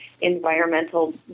environmental